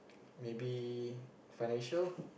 maybe financial